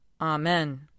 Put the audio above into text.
Amen